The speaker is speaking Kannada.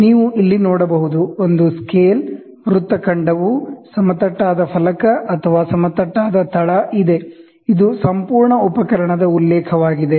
ನೀವು ಇಲ್ಲಿ ನೋಡಬಹುದು ಒಂದು ಸ್ಕೇಲ್ ವ್ರತ್ತಖಂಡವು ಫ್ಲಾಟ್ ಪ್ಲೇಟ್ ಅಥವಾ ಫ್ಲಾಟ್ ಬೇಸ್ ಇದೆ ಇದು ಸಂಪೂರ್ಣ ಉಪಕರಣದ ಉಲ್ಲೇಖವಾಗಿದೆ